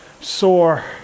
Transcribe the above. sore